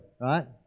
right